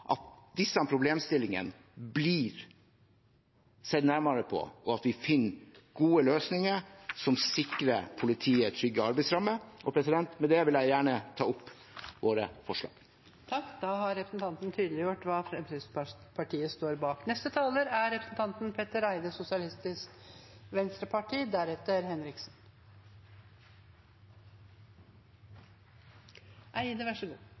at disse problemstillingene blir sett nærmere på, og at vi finner gode løsninger som sikrer politiet trygge arbeidsrammer. Med det vil jeg gjerne ta opp vårt forslag. Da har representanten